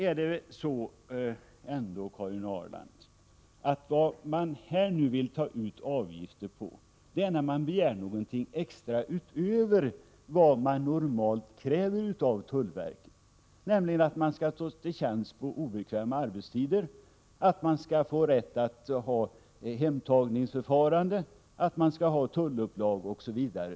Vad man vill ta ut avgifter på, Karin Ahrland, är när man begär något extra utöver vad man normalt kräver av tullverket, nämligen att personalen skall stå till tjänst på obekväma arbetstider, att man skall få rätt till hemtagningsförfarande, att man skall ha tullupplag osv.